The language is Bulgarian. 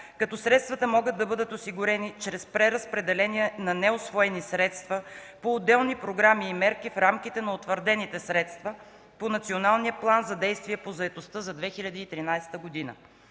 като средствата могат да бъдат осигурени чрез преразпределение на неусвоени средства по отделни програми и мерки в рамките на утвърдените средства по Националния план за действие по заетостта за 2013 г.